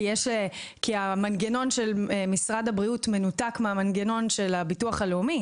כי המנגנון של משרד הבריאות מנותק מהמנגנון של הביטוח הלאומי.